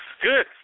Good